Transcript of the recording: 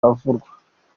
aravurwa